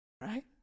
right